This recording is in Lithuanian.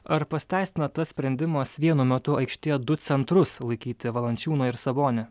ar pasiteisino tas sprendimas vienu metu aikštėje du centrus laikyti valančiūną ir sabonį